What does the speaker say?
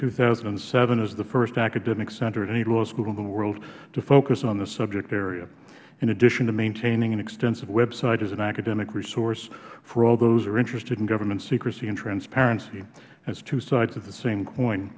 two thousand and seven as the first academic center at any law school in the world to focus on the subject area in addition to maintaining an extensive website as an academic resource for all those interested in government secrecy and transparency as two sides of the same coin